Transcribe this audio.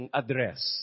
address